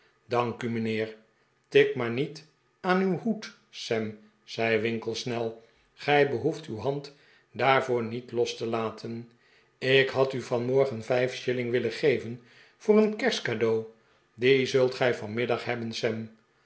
dank u mijnheer tik maar niet aan uw hoed sam zei winkle snel gij behoeft uw hand daarvoor niet los te laten ik had u vanmorgen vijf shilling willen geven voor een kerstcadeau die zult gij vanmiddag heb